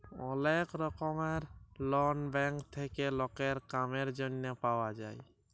ওলেক রকমের loan bank থেক্যে লকের কামের জনহে পাওয়া যায়